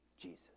Jesus